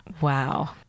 wow